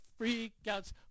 freakouts